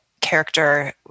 character